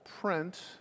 print